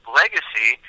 legacy